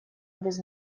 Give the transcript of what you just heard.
без